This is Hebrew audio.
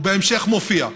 ובהמשך מופיע: